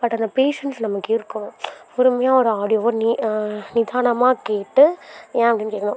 but அந்த patience நமக்கு இருக்கணும் பொறுமையாக ஒரு ஆடியோவை நீ நிதானமாக கேட்டு ஏன் அப்படின் கேட்கணும்